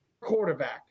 quarterback